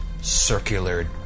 circular